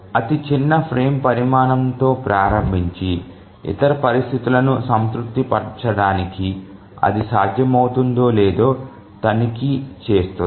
అతి చిన్న ఫ్రేమ్ పరిమాణంతో ప్రారంభించి ఇతర పరిస్థితులను సంతృప్తి పరచడానికి అది సాధ్యమవుతుందో లేదో తనిఖీ చేస్తుంది